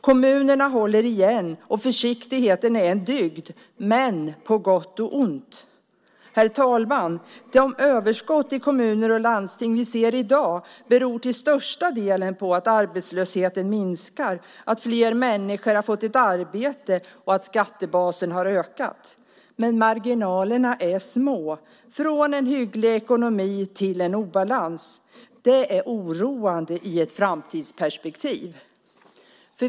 Kommunerna håller igen, och försiktigheten är en dygd, men på gott och ont. Herr talman! De överskott i kommuner och landsting som vi ser i dag beror till största delen på att arbetslösheten minskar, att fler människor har fått ett arbete och att skattebasen därmed har ökat. Men marginalerna är små från en hygglig ekonomi till obalans. Detta är oroande i ett framtidsperspektiv.